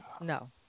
No